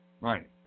Right